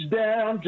down